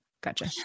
Gotcha